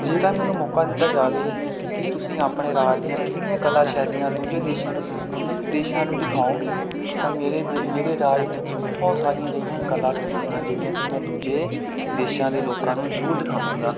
ਜੇਕਰ ਮੈਨੂੰ ਮੌਕਾ ਦਿੱਤਾ ਜਾਵੇ ਕਿ ਤੁਸੀਂ ਆਪਣੇ ਰਾਜ ਦੀਆਂ ਕਿਹੜੀਆਂ ਕਲਾ ਸ਼ੈਲੀਆਂ ਦੂਜੇ ਦੇਸ਼ਾਂ ਦੇਸ਼ਾਂ ਨੂੰ ਦਿਖਾਓਗੇ ਤਾਂ ਮੇਰੇ ਦੇ ਮੇਰੇ ਰਾਜ ਵਿੱਚ ਬਹੁਤ ਸਾਰੀਆਂ ਅਜਿਹੀਆਂ ਕਲਾਕ੍ਰਿਤੀਆਂ ਹਨ ਜਿਹੜੀਆਂ ਕਿ ਮੈਂ ਦੂਜੇ ਦੇਸ਼ਾਂ ਦੇ ਲੋਕਾਂ ਨੂੰ ਜ਼ਰੂਰ ਦਿਖਾਵਾਂਗਾ